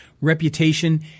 reputation